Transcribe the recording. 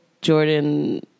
Jordan